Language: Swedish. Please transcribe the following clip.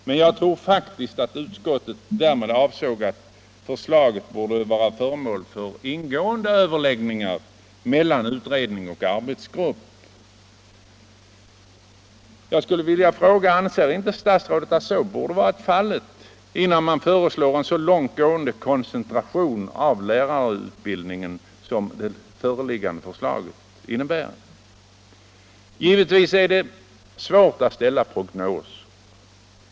Men jag tror faktiskt att utskottet avsåg att förslaget borde bli föremål för ingående överläggningar mellan utredning och arbetsgrupp. Anser inte statsrådet att så borde ha varit fallet, innan man föreslagit en så långt gående koncentration av lärarutbildningen som i det föreliggande förslaget? Givetvis är det svårt att ställa prognoser.